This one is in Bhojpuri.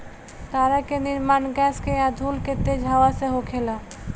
तारा के निर्माण गैस आ धूल के तेज हवा से होखेला